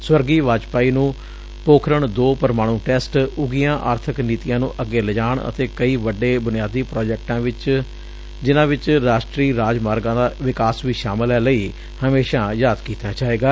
ਸਵਰਗੀ ਵਾਜਪਾਈ ਨੂੰ ਪੋਖਰਣ ਦੋ ਪ੍ਰਮਾਣ ਟੈਸਟ ਉੱਘੀਆ ਆਰਬਕ ਨੀਤੀਆਂ ਨੂੰ ਅਗੇ ਲਿਜਾਣ ਅਤੇ ਕਈ ਵੱਡੇ ਬੁਨਿਆਦੀ ਪ੍ਰਾਜੈਕਟਾਂ ਜਿਨਾਂ ਵਿਚ ਰਾਸਟਰੀ ਰਾਜ ਮਾਰਗਾਂ ਦਾ ਵਿਕਾਸ ਵੀ ਸ਼ਾਮਲ ਐ ਲਈ ਹਮੇਸ਼ਾਂ ਯਾਦ ਕੀਤਾ ਜਾਏਗਾ